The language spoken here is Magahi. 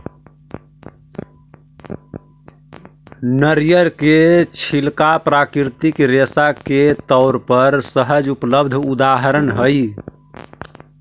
नरियर के छिलका प्राकृतिक रेशा के तौर पर सहज उपलब्ध उदाहरण हई